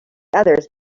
others